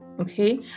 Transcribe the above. okay